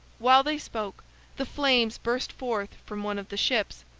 while they spoke the flames burst forth from one of the ships.